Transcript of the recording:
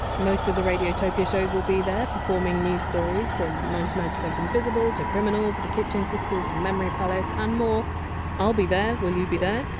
most of the radiotopia shows will be there, performing new stories, from ninety nine percent invisible to criminal to the kitchen sisters to memory palace and more i! ah ll be there, will you be there?